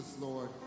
Lord